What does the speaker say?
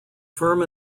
firm